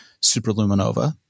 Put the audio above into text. superluminova